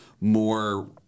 more